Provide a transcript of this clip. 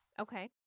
Okay